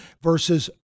versus